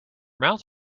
mouth